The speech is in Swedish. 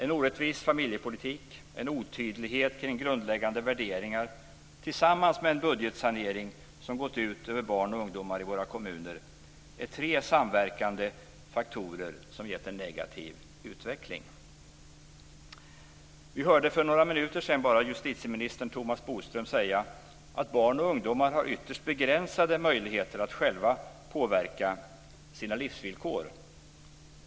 En orättvis familjepolitik och en otydlighet kring grundläggande värderingar är, tillsammans med en budgetsanering som gått ut över barn och ungdomar i våra kommuner, tre samverkande faktorer som givit en negativ utveckling. Vi hörde för bara några minuter sedan justitieminister Thomas Bodström säga att barn och ungdomar har ytterst begränsade möjligheter att själva påverka sina livsvillkor.